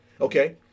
Okay